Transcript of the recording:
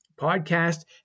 podcast